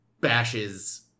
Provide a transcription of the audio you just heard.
bashes